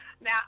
Now